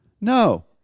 No